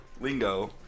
lingo